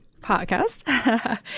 podcast